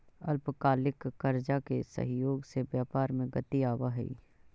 अल्पकालिक कर्जा के सहयोग से व्यापार में गति आवऽ हई